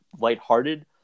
lighthearted